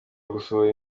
gusohora